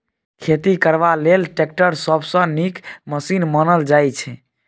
खेती करबा लेल टैक्टर सबसँ नीक मशीन मानल जाइ छै